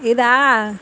ಇದ